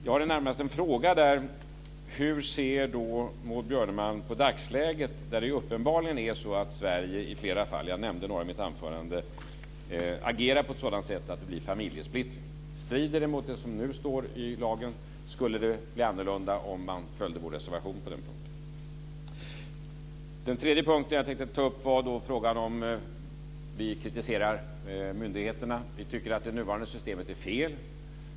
Jag har närmast en fråga där. Hur ser Maud Björnemalm på dagsläget, där det uppenbarligen är så att Sverige i flera fall, jag nämnde några i mitt anförande, agerar på ett sådant sätt att det blir familjesplittring? Strider det mot det som nu står i lagen? Skulle det bli annorlunda om man följde vår reservation på den punkten? Nästa punkt jag tänkte ta upp gällde att vi kritiserar myndigheterna. Vi tycker att det nuvarande systemet är fel.